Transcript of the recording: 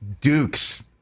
Dukes